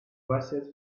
verses